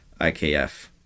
IKF